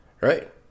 Right